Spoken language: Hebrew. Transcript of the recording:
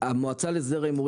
שאצלנו התמונה